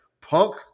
Punk